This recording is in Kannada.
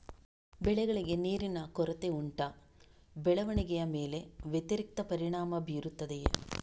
ಬೆಳೆಗಳಿಗೆ ನೀರಿನ ಕೊರತೆ ಉಂಟಾ ಬೆಳವಣಿಗೆಯ ಮೇಲೆ ವ್ಯತಿರಿಕ್ತ ಪರಿಣಾಮಬೀರುತ್ತದೆಯೇ?